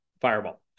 fireball